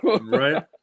right